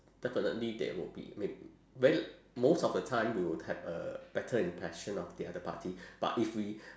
definitely they will be may very most of the time we will have a better impression of the other party but if we